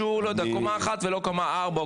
שאני לא יודע הוא קומה אחת ולא קומה ארבע,